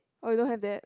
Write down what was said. oh you don't have that